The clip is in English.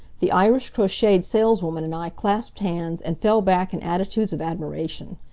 the irish-crocheted saleswoman and i clasped hands and fell back in attitudes of admiration.